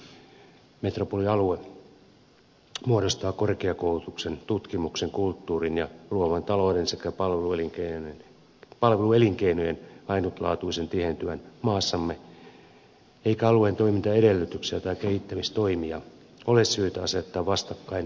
metropolialue muodostaa korkeakoulutuksen tutkimuksen kulttuurin ja luovan talouden sekä palveluelinkeinojen ainutlaatuisen tihentymän maassamme eikä alueen toimintaedellytyksiä tai kehittämistoimia ole syytä asettaa vastakkain muun maan kanssa